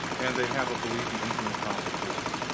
and they have a belief in infinite fossil fuels.